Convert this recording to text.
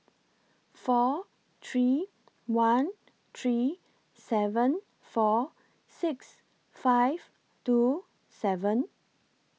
four three one three seven four six five two seven